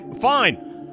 fine